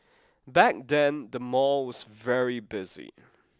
back then the mall was very busy